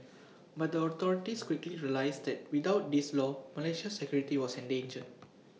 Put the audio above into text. but the authorities quickly realised that without this law Malaysia's security was endangered